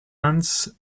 hans